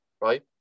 right